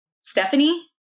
Stephanie